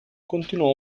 continuò